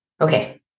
Okay